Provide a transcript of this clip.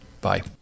Bye